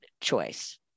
choice